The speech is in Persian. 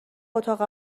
اتاق